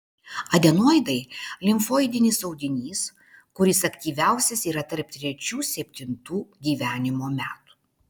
adenoidai limfoidinis audinys kuris aktyviausias yra tarp trečių septintų gyvenimo metų